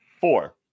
four